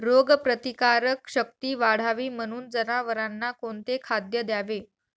रोगप्रतिकारक शक्ती वाढावी म्हणून जनावरांना कोणते खाद्य द्यावे?